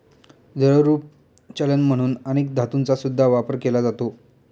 द्रवरूप चलन म्हणून अनेक धातूंचा सुद्धा वापर केला जातो